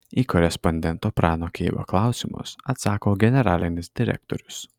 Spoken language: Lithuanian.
į korespondento prano keibo klausimus atsako generalinis direktorius